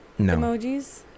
emojis